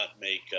make